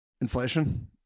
Inflation